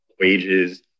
wages